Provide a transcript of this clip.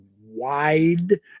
wide